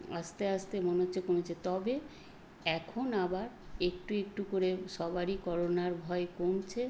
আস্তে আস্তে মনে হচ্ছে কমছে তবে এখন আবার একটু একটু করে সবারই করোনার ভয় কমছে